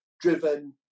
driven